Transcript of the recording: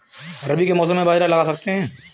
रवि के मौसम में बाजरा लगा सकते हैं?